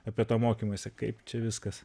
apie tą mokymąsi kaip čia viskas